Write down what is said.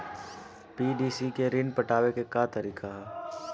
PDC से ऋण पटावे के का तरीका ह?